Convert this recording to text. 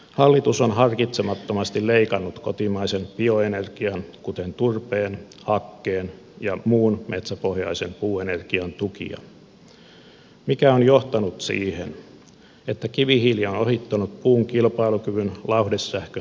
hallitus on harkitsemattomasti leikannut kotimaisen bioenergian kuten turpeen hakkeen ja muun metsäpohjaisen puuenergian tukia mikä on johtanut siihen että kivihiili on ohittanut puun kilpailukyvyn lauhdesähkön tuotannossa